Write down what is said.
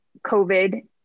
COVID